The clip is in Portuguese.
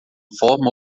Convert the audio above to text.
forma